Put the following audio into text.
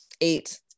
eight